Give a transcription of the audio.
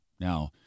now